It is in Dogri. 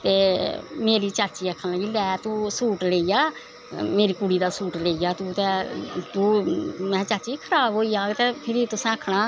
ते मेरी चीची आक्खन लगी लै तूं सूट लेई जा मेरी कुड़ी दी सूट लेई जा तूं ते महैं चाची खराब होई जाह्ग ते फिरी तुसे आखनां